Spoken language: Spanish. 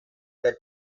del